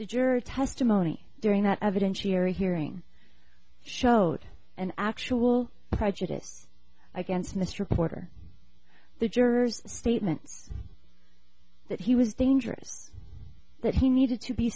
the jury testimony during that evidentiary hearing showed an actual prejudice against mr porter the jurors statement that he was dangerous that he needed to be